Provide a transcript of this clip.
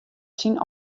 syn